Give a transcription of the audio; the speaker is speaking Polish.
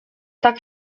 tak